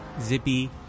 Zippy